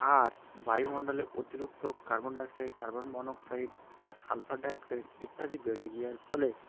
আর বায়ুমন্ডলের অতিরিক্ত carbon dioxide carbon monoxide বা সালফার ডাইঅক্সাইড ইত্যাদি বেড়ে যাওয়ার ফলে